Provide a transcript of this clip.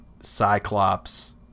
Cyclops